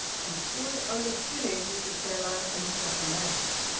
he stood on the stillage of the cellar and struck a match.